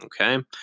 Okay